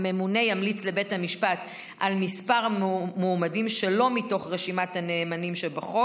הממונה ימליץ לבית המשפט על כמה מועמדים שלא מתוך רשימת הנאמנים שבחוק,